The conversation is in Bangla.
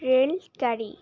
রেলগাড়ি